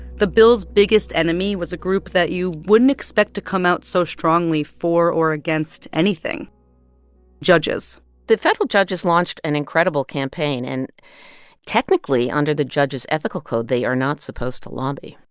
the bill's biggest enemy was a group that you wouldn't expect to come out so strongly for or against anything judges the federal judges launched an incredible campaign. and technically, under the judge's ethical code, they are not supposed to lobby.